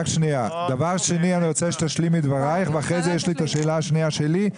אני רוצה שתשלימי את דברייך ואחרי זה יש לי את השאלה השנייה שלי,